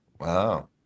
Wow